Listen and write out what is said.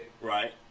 Right